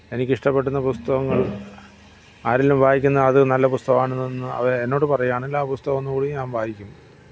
എനിക്കിഷ്ടപ്പെടുന്ന പുസ്തകങ്ങള് ആരെങ്കിലും വായിക്കുന്ന അത് നല്ല പുസ്തകം ആണന്നൊന്ന് അവർ എന്നോട് പറയുകയാണെങ്കില് ആ പുസ്തകം ഒന്നുകൂടി ഞാൻ വായിക്കും